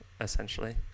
essentially